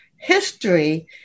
history